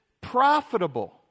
profitable